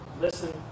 listen